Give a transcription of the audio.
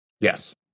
Yes